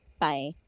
Bye